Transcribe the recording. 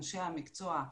אנשי המקצוע,